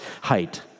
height